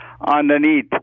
underneath